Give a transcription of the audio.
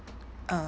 uh